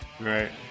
Right